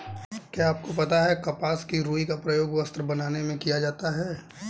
क्या आपको पता है कपास की रूई का प्रयोग वस्त्र बनाने में किया जाता है?